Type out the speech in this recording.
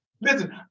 listen